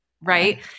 right